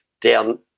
down